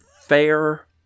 fair